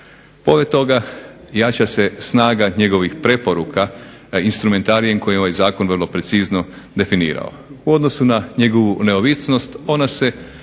Pored toga jača se snaga njegovih preporuka, instrumentarijem koji je ovaj zakon vrlo precizno definirao. U odnosu na njegovu neovisnost ona se